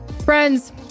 Friends